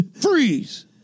Freeze